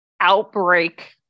outbreak